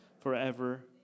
forever